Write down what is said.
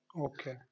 Okay